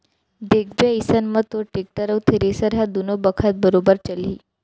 देखबे अइसन म तोर टेक्टर अउ थेरेसर ह दुनों बखत बरोबर चलही